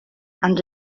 and